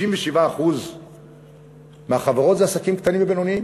97% מהחברות זה עסקים קטנים ובינוניים.